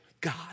God